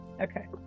Okay